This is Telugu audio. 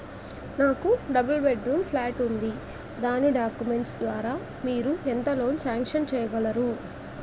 నాకు ఒక డబుల్ బెడ్ రూమ్ ప్లాట్ ఉంది దాని డాక్యుమెంట్స్ లు ద్వారా మీరు ఎంత లోన్ నాకు సాంక్షన్ చేయగలరు?